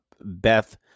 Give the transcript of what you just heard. Beth